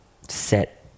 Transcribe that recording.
set